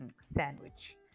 sandwich